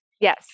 Yes